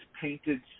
painted